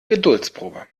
geduldsprobe